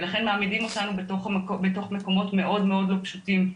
ולכן מעמידים אותנו בתוך מקומות מאוד מאוד לא פשוטים.